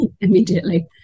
immediately